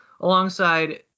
Alongside